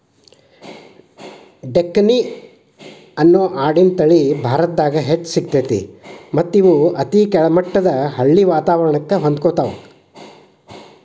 ಡೆಕ್ಕನಿ ಅನ್ನೋ ಆಡಿನ ತಳಿ ಭಾರತದಾಗ್ ಹೆಚ್ಚ್ ಸಿಗ್ತೇತಿ ಮತ್ತ್ ಇವು ಅತಿ ಕೆಳಮಟ್ಟದ ಹಳ್ಳಿ ವಾತವರಣಕ್ಕ ಹೊಂದ್ಕೊತಾವ